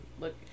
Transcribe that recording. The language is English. look